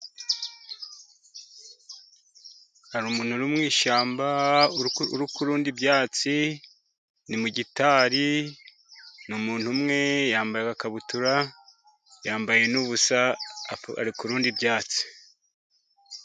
Hari umuntu uri mu ishyamba uri kurunda ibyatsi, ni mu gitari, ni umuntu umwe yambaye agakabutura, yambaye n'ubusa ari kurunda ibyatsi.